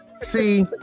see